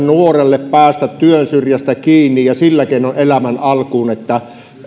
nuorelle päästä työn syrjään kiinni ja sillä keinoin elämän alkuun